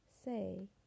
say